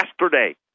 yesterday